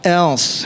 else